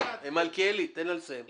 מלכיאלי, תן לה לסיים.